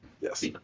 Yes